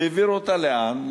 והעבירו אותה לאן?